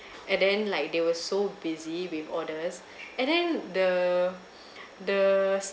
and then like they were so busy with orders and then the the